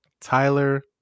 Tyler